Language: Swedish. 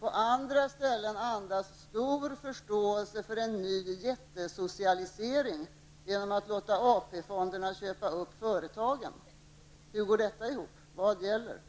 På andra ställen andas stor förståelse för en ny jättesocialisering genom att låta AP-fonderna köpa upp företagen. Hur går detta ihop? Vad gäller?